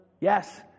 Yes